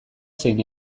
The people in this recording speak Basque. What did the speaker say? zein